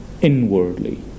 inwardly